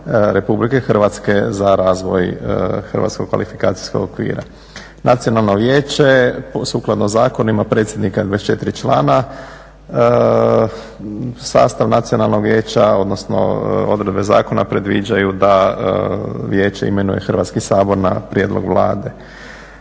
Republike Hrvatske za razvoj hrvatskog kvalifikacijskog okvira. Nacionalno vijeće sukladno zakonima predsjednika i 24 člana, sastav nacionalnog vijeća, odnosno odredbe zakona predviđaju da vijeće imenuje Hrvatski sabor na prijedlog Vlade.